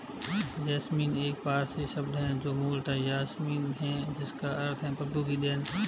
jasmine एक पारसी शब्द है जो मूलतः यासमीन है जिसका अर्थ है प्रभु की देन